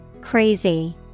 Crazy